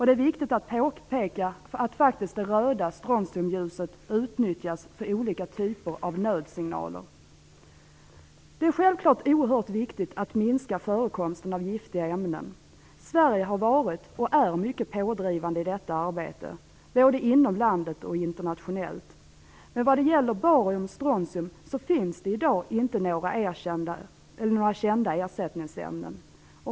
Det är viktigt att påpeka att det röda strontiumljuset faktiskt också utnyttjas i olika typer av nödsignaler. Det är självfallet oerhört viktigt att minska förekomsten av giftiga ämnen. Sverige har varit, och är, mycket pådrivande i detta arbete såväl inom landet som internationellt. Men vad gäller barium och strontium finns det i dag inte några kända ersättningsämnen.